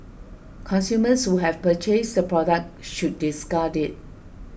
consumers who have purchased the product should discard it